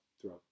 throughout